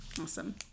Awesome